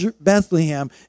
Bethlehem